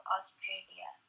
Australia